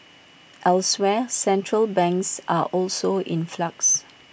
elsewhere central banks are also in flux